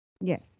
Yes